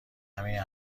همین